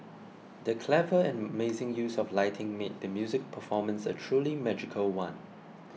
the clever and mazing use of lighting made the musical performance a truly magical one